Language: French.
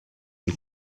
une